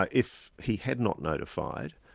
ah if he had not notified,